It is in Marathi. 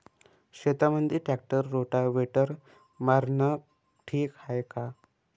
शेतामंदी ट्रॅक्टर रोटावेटर मारनं ठीक हाये का?